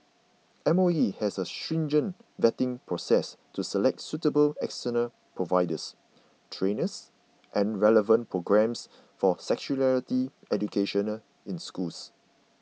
M O E has a stringent vetting process to select suitable external providers trainers and relevant programmes for sexuality education in schools